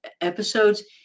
episodes